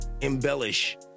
embellish